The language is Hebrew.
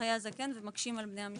חיי הזקן ומקשים על בני המשפחה.